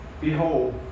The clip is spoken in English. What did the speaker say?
Behold